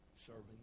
serving